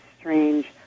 Strange